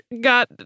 got